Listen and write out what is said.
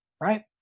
right